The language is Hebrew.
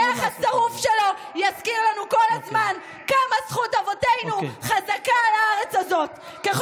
הריח השרוף שלו יזכיר לנו כל הזמן כמה זכות אבותינו חזקה על הארץ הזאת.